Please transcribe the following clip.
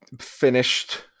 finished